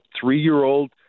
three-year-old